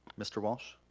mr. walsh?